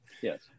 Yes